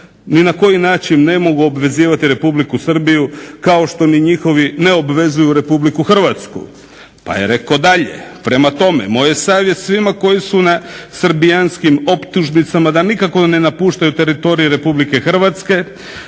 ni na koji način ne mogu obvezivati Republiku Srbiju kao što ni njihovi ne obvezuju Republiku Hrvatsku. Pa je rekao dalje, prema tome moj je savjet svima koji su na srbijanskim optužnicama da nikako ne napuštaju teritorij Republike Hrvatske